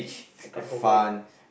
the kampung life lah